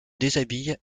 déshabille